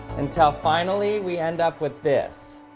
until finally we end up with this